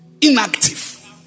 inactive